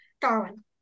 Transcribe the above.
Darwin